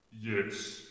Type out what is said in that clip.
Yes